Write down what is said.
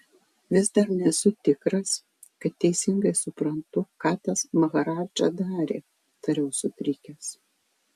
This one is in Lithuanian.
vis dar nesu tikras kad teisingai suprantu ką tas maharadža darė tariau sutrikęs